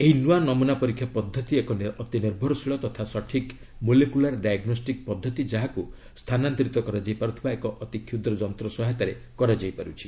ଏହି ନୂଆ ନମୁନା ପରୀକ୍ଷା ପଦ୍ଧତି ଏକ ଅତିନିର୍ଭରଶୀଳ ତଥା ସଠିକ୍ ମୋଲେକୁଲାର ଡାୟଗ୍ନୋଷ୍ଟିକ୍ ପଦ୍ଧତି ଯାହାକୁ ସ୍ଥାନାନ୍ତରିତ କରାଯାଇ ପାରୁଥିବା ଏକ ଅତି କ୍ଷୁଦ୍ର ଯନ୍ତ୍ର ସହାୟତାରେ କରାଯାଇ ପାରୁଛି